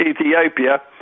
Ethiopia